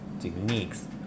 techniques